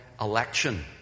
election